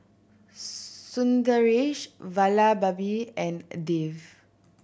Sundaresh Vallabhbhai and Dev